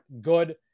good